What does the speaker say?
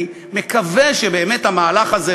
אני מקווה שבאמת המהלך הזה,